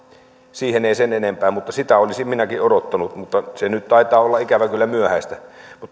siihen ei sen enempää sitä olisin minäkin odottanut mutta se nyt taitaa olla ikävä kyllä myöhäistä